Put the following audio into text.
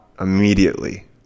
immediately